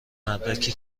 مدرکی